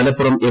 Malappuram M